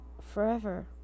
forever